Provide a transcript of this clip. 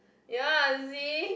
ya see